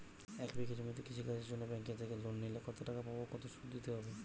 এক বিঘে জমিতে কৃষি কাজের জন্য ব্যাঙ্কের থেকে লোন নিলে কত টাকা পাবো ও কত শুধু দিতে হবে?